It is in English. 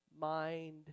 mind